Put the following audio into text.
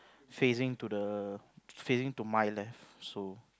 facing to the facing to my left so